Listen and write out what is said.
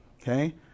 okay